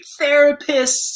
therapists